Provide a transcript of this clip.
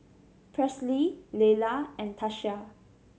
Presley Lelar and Tatia